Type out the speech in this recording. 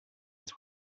its